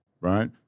right